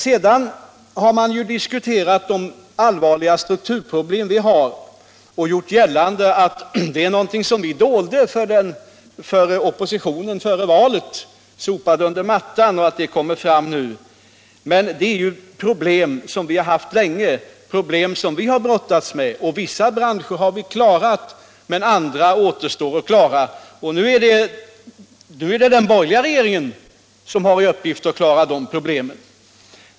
Sedan har man diskuterat de allvarliga strukturproblem vi har och gjort gällande att vi dolde dem för oppositionen före valet, att vi sopade dem under mattan och att de har kommit fram nu. Men dessa problem har vi ju haft länge, vi har länge brottats med dem. Vissa branscher har vi klarat, men andra återstår att klara. Nu är det den borgerliga regeringen som har uppgiften att klara de problemen.